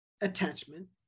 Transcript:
attachment